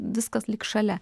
viskas lyg šalia